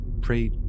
pray